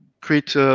create